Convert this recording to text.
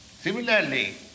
Similarly